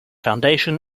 foundation